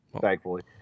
thankfully